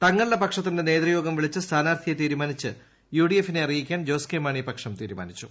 തങ്ങളുടെ പക്ഷത്തിന്റെ നേതൃയോഗം വിളിച്ച് സ്ഥാനാർത്ഥിയെ തീരുമാനിച്ച് യുഡിഎഫിനെ അറിയിക്കാൻ ജോസ് കെ മാണി പക്ഷം തീരുമാനിച്ചു